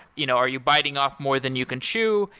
you know are you biting off more than you can chew?